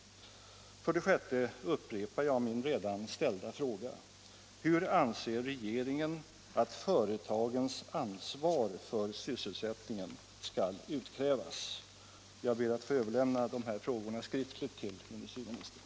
6. Jag upprepar min redan ställda fråga: Hur anser regeringen att företagens ansvar för sysselsättningen skall utkrävas? Jag ber att få överlämna de här frågorna skriftligt till industriministern.